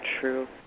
true